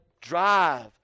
drive